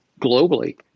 globally